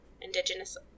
Indigenous